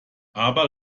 aber